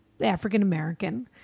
African-American